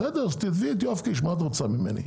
בסדר, אז תתבעי את יואב קיש, מה את רוצה ממני?